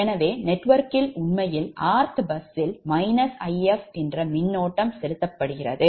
எனவே நெட்வொர்க்கில் உண்மையில் 𝑟𝑡ℎ பஸ்ஸில் If செலுத்தப்படுகிறது